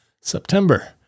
September